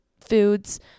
foods